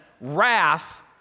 wrath